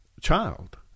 child